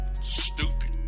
Stupid